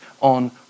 on